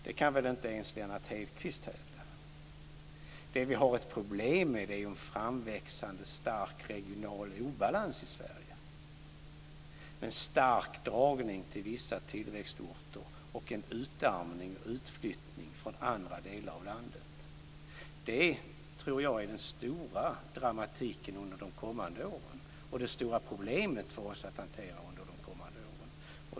Det kan väl inte ens Lennart Hedquist hävda. Det vi har problem med är ju en framväxande stark regional obalans i Sverige. Det är en stark dragning till vissa tillväxtorter och en utarmning av och utflyttning från andra delar av landet. Det tror jag är den stora dramatiken under de kommande åren, och det är det stora problemet för oss att hantera under de kommande åren.